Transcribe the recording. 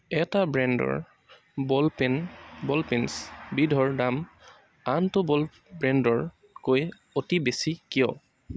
এটা ব্ৰেণ্ডৰ ball pen ball pens বিধৰ দাম আনটো বল ব্ৰেণ্ডতকৈ অতি বেছি কিয়